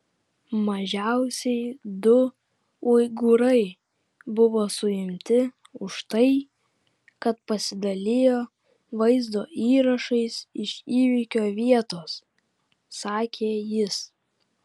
mažiausiai du uigūrai buvo suimti už tai kad pasidalijo vaizdo įrašais iš įvykio vietos sakė jis